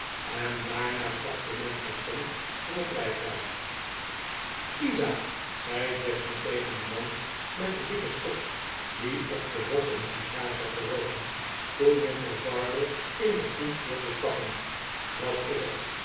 en daarna staple men terstond in het rijtuig de pickwick club isaak zei jackson tegen den man met den dikken stok die op den bok een sigaar zat te rooken toen juffrouw bardell in de koets wilde stappen wat is er